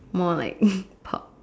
more like pop